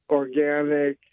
organic